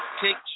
Take